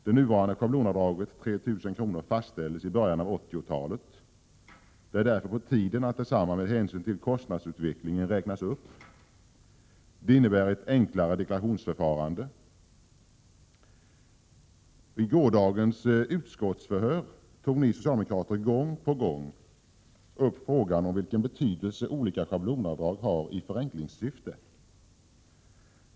Det nuvarande schablonavdraget, 3 000 kr., fastställdes i början av 1980-talet. Det är därför på tiden att med hänsyn till kostnadsutvecklingen räkna upp detsamma. Det innebär ett enklare deklarationsförfarande. I gårdagens utskottsförhör tog ni socialdemokrater gång på gång upp frågan om den betydelse olika schablonavdrag har i förenklingssyfte.